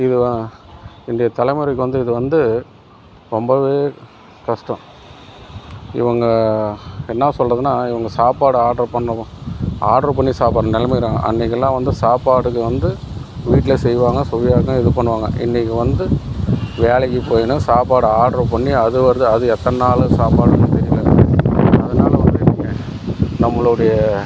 இது இன்றைய தலைமுறைக்கு வந்து இது வந்து ரொம்பவே கஷ்டம் இவங்க என்னா சொல்லுறதுனா இவங்க சாப்பாடு ஆட்ரு பண்ணதும் ஆட்ரு பண்ணி சாப்புட்ற நிலமைக்கு இருக்குறாங்க அன்னைக்குலாம் வந்து சாப்பாடுக்கு வந்து வீட்டில செய்வாங்க சுவையாக இருக்கும் இது பண்ணுவாங்க இன்னைக்கு வந்து வேலைக்கு போயின்னு சாப்பாடு ஆட்ரு பண்ணி அது வருது அது எத்தனை நாள் சாப்பாடுன்னு தெரியல அதனால வந்து நீங்கள் நம்மளுடைய